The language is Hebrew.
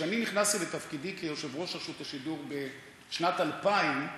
כשאני נכנסתי לתפקידי כיושב-ראש רשות השידור בשנת 2000,